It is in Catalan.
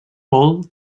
paul